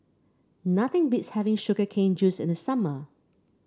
nothing beats having Sugar Cane Juice in the summer